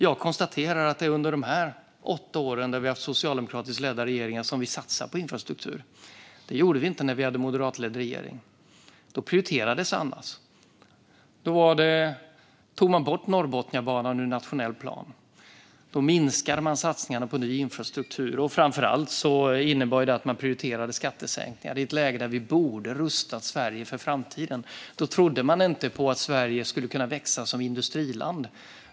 Jag konstaterar att det är under de åtta år som vi har haft socialdemokratiskt ledda regeringar som vi har satsat på infrastruktur. Det gjorde vi inte när vi hade en moderatledd regering. Då prioriterades annat. Då tog man bort Norrbotniabanan ur nationell plan. Då minskade man satsningarna på ny infrastruktur. Framför allt innebar det att man prioriterade skattesänkningar i ett läge då vi borde ha rustat Sverige för framtiden. Då trodde man inte på att Sverige skulle kunna växa som industriland.